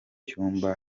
cyumba